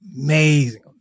amazing